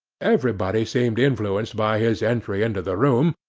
everybody seemed influenced by his entry into the room,